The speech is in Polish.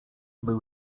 był